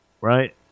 right